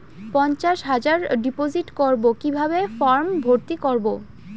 পঞ্চাশ হাজার ডিপোজিট করবো কিভাবে ফর্ম ভর্তি করবো?